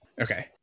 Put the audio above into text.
okay